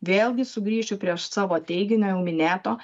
vėlgi sugrįšiu prieš savo teiginio jau minėto